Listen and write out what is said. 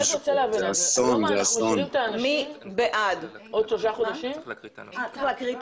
אני אקרא את